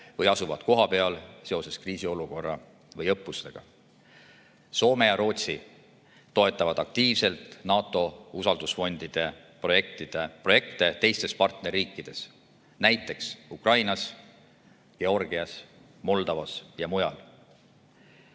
või asuvad kohapeal seoses kriisiolukorra või õppustega. Soome ja Rootsi toetavad aktiivselt NATO usaldusfondide projekte teistes partnerriikides, näiteks Ukrainas, Georgias, Moldovas ja mujal.